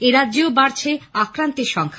এরাজ্যেও বাড়ছে আক্রান্তের সংখ্যা